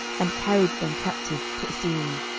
and carried them captive to assyria.